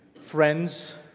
friends